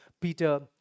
Peter